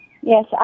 Yes